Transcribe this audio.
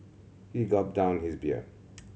he gulped down his beer